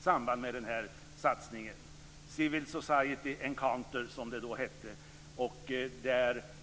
samband med Sydafrikasatsningen, Civil Society Encounter som den heter.